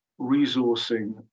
resourcing